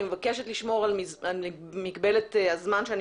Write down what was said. אני מבקשת לשמור על מגבלת הזמן שאני